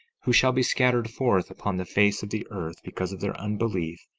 who shall be scattered forth upon the face of the earth because of their unbelief,